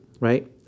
Right